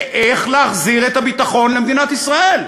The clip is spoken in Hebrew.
איך להחזיר את הביטחון למדינת ישראל.